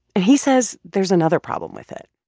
and he says there's another problem with it.